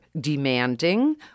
demanding